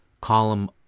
column